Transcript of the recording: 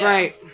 Right